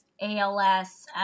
ALS